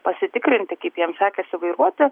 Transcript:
pasitikrinti kaip jiem sekasi vairuoti